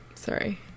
Sorry